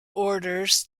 orders